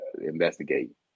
investigate